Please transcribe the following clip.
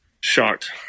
shocked